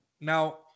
Now